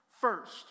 First